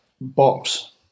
box